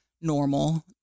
normal